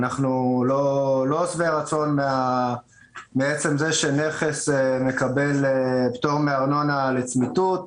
אנחנו לא שבעי רצון מעצם זה שנכס מקבל פטור מארנונה לצמיתות,